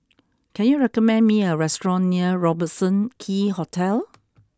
can you recommend me a restaurant near Robertson Quay Hotel